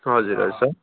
हजुर हजुर सर